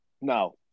no